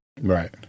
Right